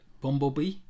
Bumblebee